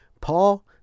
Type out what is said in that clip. Paul